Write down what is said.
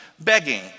begging